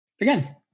Again